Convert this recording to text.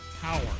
Power